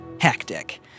hectic